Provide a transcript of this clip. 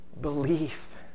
belief